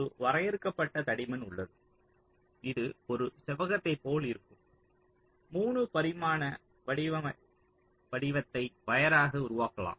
ஒரு வரையறுக்கப்பட்ட தடிமன் உள்ளது இது ஒரு செவ்வகத்தைப் போல இருக்கும் 3 பரிமாண வடிவத்தை வயராக உருவாக்கலாம்